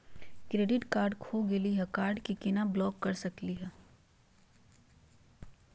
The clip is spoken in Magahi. क्रेडिट कार्ड खो गैली, कार्ड क केना ब्लॉक कर सकली हे?